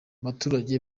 abaturage